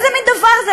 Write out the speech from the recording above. איזה מין דבר זה?